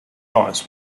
lights